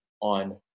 on